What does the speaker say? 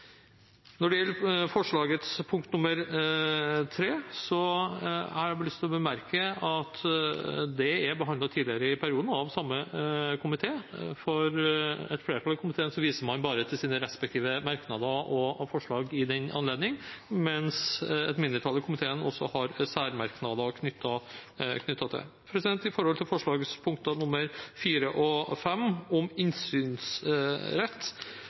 Når det gjelder forslagets punkt 3, har jeg lyst til å bemerke at det er behandlet tidligere i perioden av samme komité. Et flertall i komiteen viser bare til sine respektive merknader og forslag i den anledning, mens et mindretall i komiteen har særmerknader knyttet til det. Når det gjelder forslagets punkter 4 og 5 om innsynsrett,